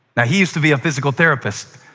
he used to be a physical therapist,